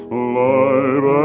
alive